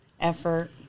effort